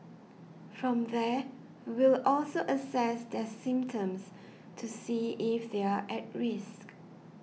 from there we'll also assess their symptoms to see if they're at risk